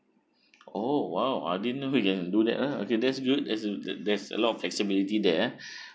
oh !wow! I didn't know we can do that uh okay that's good that that that's a lot of flexibility there